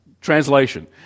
translation